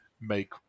make